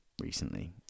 recently